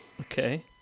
Okay